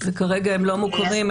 וכרגע הם לא מוכרים,